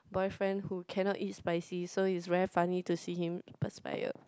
boyfriend who cannot eat spicy so is very funny to see him perspire